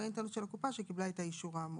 האינטרנט של הקופה שקיבלה את האישור האמור:".